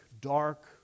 dark